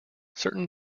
certain